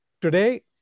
today